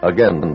Again